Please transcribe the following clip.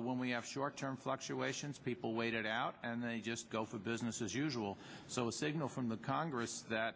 when we have short term fluctuations people wait it out and they just go for business as usual so a signal from the congress that